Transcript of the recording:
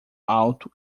alto